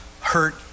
hurt